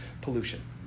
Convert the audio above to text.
pollution